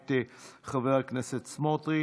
מאת חבר הכנסת סמוטריץ',